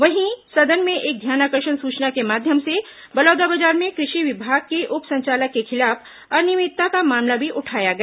वहीं सदन में एक ध्यानाकर्षण सूचना के माध्यम से बलौदाबाजार में कृषि विभाग के उप संचालक के खिलाफ अनियमितता का मामला भी उठाया गया